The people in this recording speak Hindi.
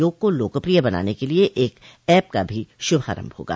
योग को लोकप्रिय बनाने के लिए एक ऐप का भी शुभारंभ होगा